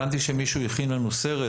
הבנתי שמישהו הכין לנו סרט,